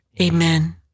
Amen